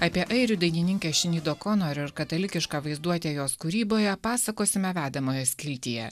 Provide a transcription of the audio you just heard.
apie airių dainininkę šini dokono ir katalikišką vaizduotę jos kūryboje pasakosime vedamojo skiltyje